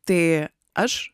tai aš